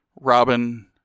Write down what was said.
Robin